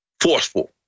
forceful